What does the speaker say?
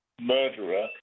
murderer